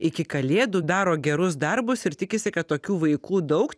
iki kalėdų daro gerus darbus ir tikisi kad tokių vaikų daug